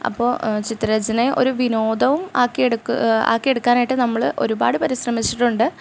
അപ്പോൾ ചിത്രരചനയെ ഒരു വിനോദവും ആക്കി എടുക്ക ആക്കി എടുക്കാനായിട്ട് നമ്മൾ ഒരുപാട് പരിശ്രമിച്ചിട്ടുണ്ട്